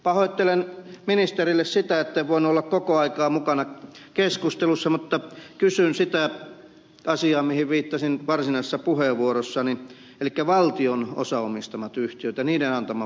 pahoittelen ministerille sitä etten voinut olla koko aikaa mukana keskustelussa mutta kysyn sitä asiaa mihin viittasin varsinaisessa puheenvuorossani elikkä valtion osaomistamista yhtiöistä ja niiden antamasta vaalituesta